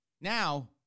Now